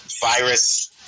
virus